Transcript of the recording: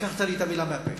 לקחת לי את המלה מהפה.